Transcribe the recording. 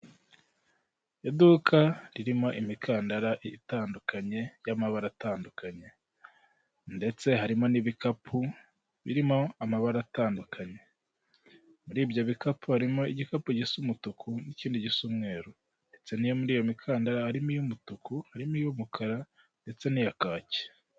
Iduka ririmo imikandara itandukanye y'amabara atandukanye ndetse harimo n'ibikapu birimo amabara atandukanye muri ibyo bikapu harimo igikapu gisa umutuku n'ikindi gisa umweru ndetse no muri iyo mikandara harimo iy'umutuku harimo iy'umukara ndetse n'iya kaki.